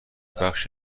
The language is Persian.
بخش